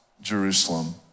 Jerusalem